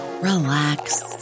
relax